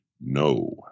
no